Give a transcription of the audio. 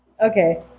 Okay